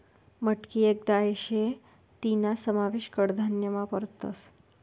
मटकी येक दाय शे तीना समावेश कडधान्यमा करतस